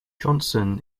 johnson